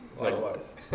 Likewise